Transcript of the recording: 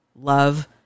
love